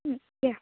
ചെയ്യാം